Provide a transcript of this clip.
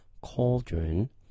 cauldron